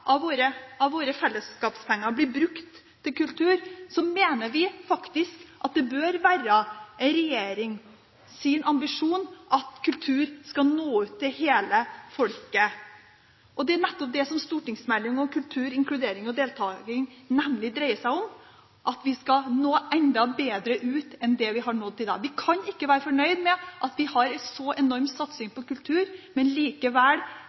av våre fellesskapspenger blir brukt til kultur, mener vi at det bør være en regjerings ambisjon at kultur skal nå ut til hele folket. Det er nettopp det stortingsmeldingen om kultur, inkludering og deltaking dreier seg om, at vi skal nå enda bedre ut enn det vi har gjort til i dag. Vi kan ikke være fornøyd med at vi har en så enorm satsing på kultur, men likevel